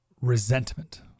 Resentment